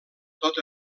tot